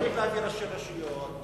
צריך להזמין ראשי רשויות,